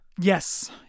Yes